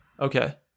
Okay